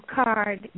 card